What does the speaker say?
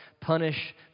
punish